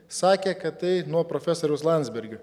sakė kad tai nuo profesoriaus landsbergio